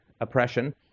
oppression